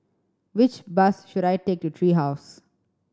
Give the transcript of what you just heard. which bus should I take to Tree House